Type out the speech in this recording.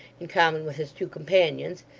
in common with his two companions,